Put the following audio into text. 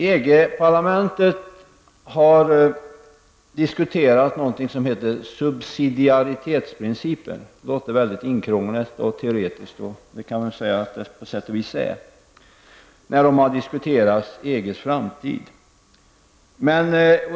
EG-parlamentet har diskuterat någonting som heter subsidialitetsprincipen -- det låter väldigt tillkrånglat och teoretiskt och det är det väl på sätt och vis -- när man diskuterat EGs framtid.